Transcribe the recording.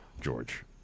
George